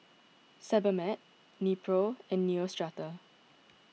Sebamed Nepro and Neostrata